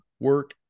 Work